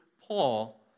Paul